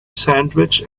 sandwich